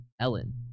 Ellen